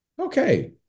Okay